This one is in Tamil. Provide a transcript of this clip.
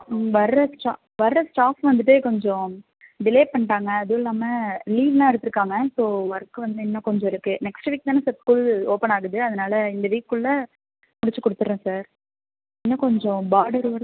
ம் வர ஸ்டா வர ஸ்டாஃப் வந்துகிட்டு கொஞ்சம் டிலே பண்ணிட்டாங்க அதுவும் இல்லாமல் லீவ்லாம் எடுத்துருக்காங்க ஸோ ஒர்க் வந்து இன்னும் கொஞ்சம் இருக்குது நெக்ஸ்ட்டு வீக் தானே சார் ஸ்கூல் ஓப்பன் ஆகுது அதுனால் இந்த வீக்குள்ள முடிச்சு கொடுத்துட்றேன் சார் இன்னும் கொஞ்சம் பார்டர் ஒர்க்